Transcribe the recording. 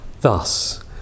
Thus